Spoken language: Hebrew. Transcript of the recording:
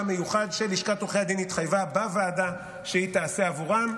מיוחד שלשכת עורכי הדין התחייבה בוועדה שהיא תעשה עבורם,